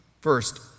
First